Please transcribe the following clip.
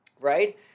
right